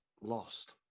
lost